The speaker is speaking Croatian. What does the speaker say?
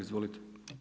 Izvolite.